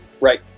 Right